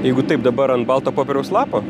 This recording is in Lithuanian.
jeigu taip dabar ant balto popieriaus lapo